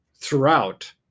throughout